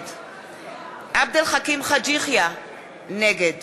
נגד עבד אל חכים חאג' יחיא, נגד